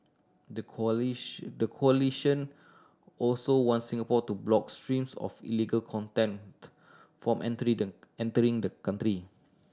the coalition the coalition also want Singapore to block streams of illegal content from entering entering the country